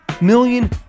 million